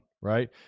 right